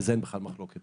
בזה אין בכלל מחלוקת.